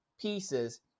pieces